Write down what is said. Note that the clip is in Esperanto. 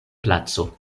placo